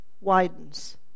widens